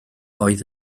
oedd